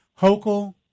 Hochul